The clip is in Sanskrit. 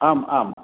आम् आम्